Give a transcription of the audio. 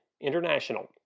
International